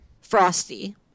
Frosty